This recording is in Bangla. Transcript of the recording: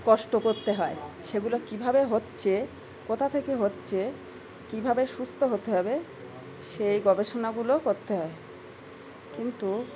কষ্ট করতে হয় সেগুলো কীভাবে হচ্ছে কোথা থেকে হচ্ছে কীভাবে সুস্থ হতে হবে সেই গবেষণাগুলো করতে হয় কিন্তু